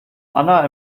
anna